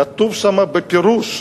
כתוב שם בפירוש.